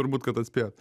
turbūt kad atspėjot